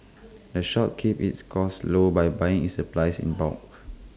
the shop keeps its costs low by buying its supplies in bulk